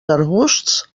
arbusts